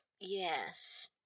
Yes